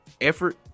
effort